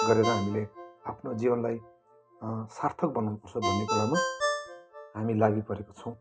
गरेर हामीले आफ्नो जीवनलाई सार्थक बनाउनु पर्छ भन्ने कुरामा हामी लागिपरेको छौँ